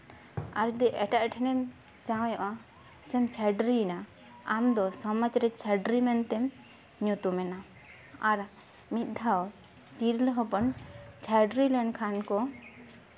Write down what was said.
ᱟᱨ ᱡᱩᱫᱤ ᱮᱴᱟᱜ ᱴᱷᱮᱱ ᱮᱢ ᱡᱟᱶᱟᱭᱚᱜᱼᱟ ᱥᱮᱢ ᱪᱷᱟᱹᱰᱣᱤᱭᱮᱱᱟ ᱟᱢᱫᱚ ᱥᱚᱢᱟᱡᱽ ᱨᱮᱢ ᱪᱷᱟᱹᱰᱣᱤ ᱢᱮᱱᱛᱮᱢ ᱧᱩᱛᱩᱢᱮᱱᱟ ᱟᱨ ᱢᱤᱫ ᱫᱷᱟᱣ ᱛᱤᱨᱞᱟᱹ ᱦᱚᱯᱚᱱ ᱪᱷᱟᱹᱰᱣᱤ ᱞᱮᱱᱠᱷᱟᱱ ᱠᱚ